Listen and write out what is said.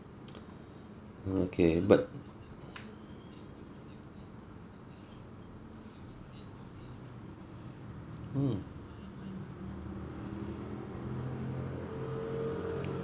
mm okay but mm